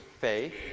faith